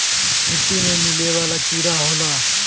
मिट्टी में मिले वाला कीड़ा होला